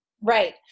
Right